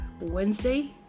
Wednesday